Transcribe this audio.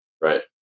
right